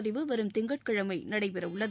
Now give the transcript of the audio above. பதிவு வரும் திங்கட்கிழமை நடைபெற உள்ளது